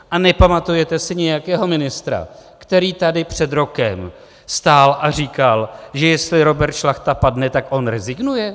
A nepamatujete si nějakého ministra, který tady před rokem stál a říkal, že jestli Robert Šlachta padne, tak on rezignuje?